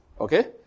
okay